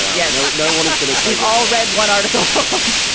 yeah no one is going to say we all read one article, huh?